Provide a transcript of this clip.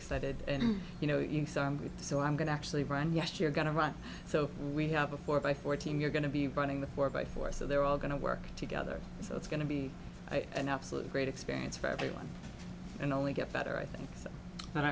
excited and you know you sound good so i'm going to actually run yes you're going to run so we have a four by fourteen you're going to be running the four by four so they're all going to work together so it's going to be an absolute great experience for everyone and only get better i think so that